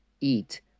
eat